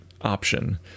option